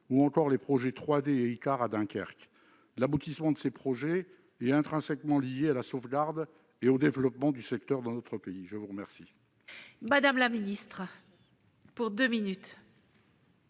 ou encore les projets 3D et Icare à Dunkerque ? L'aboutissement de ces projets est intrinsèquement lié à la sauvegarde et au développement du secteur dans notre pays. La parole